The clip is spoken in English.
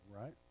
right